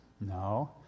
No